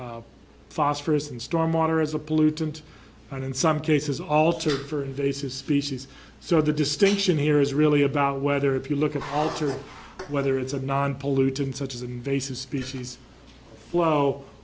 for phosphorous and stormwater as a pollutant and in some cases altered for invasive species so the distinction here is really about whether if you look at altered whether it's a non pollutant such as an invasive species flow